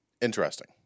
interesting